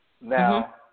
Now